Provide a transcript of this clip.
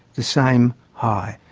the same high.